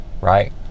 right